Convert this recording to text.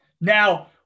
Now